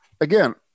again